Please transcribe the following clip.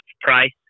price